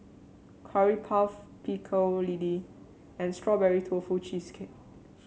Curry Puff Pecel Lele and Strawberry Tofu Cheesecake